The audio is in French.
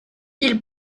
ils